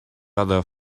other